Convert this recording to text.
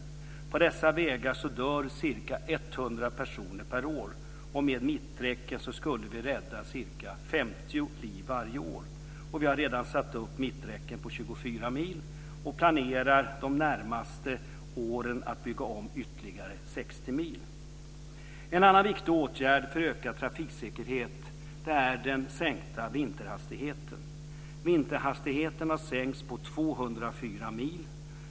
På dessa vägar dör ca 100 personer per år. Med mitträcken skulle vi rädda ca 50 liv varje år. Vi har redan satt upp mitträcken på 24 mil, och planerar de närmaste åren att bygga om ytterligare 60 mil. En annan viktig åtgärd för ökad trafiksäkerhet är den sänkta vinterhastigheten. Vinterhastigheten har sänkts på 204 mil.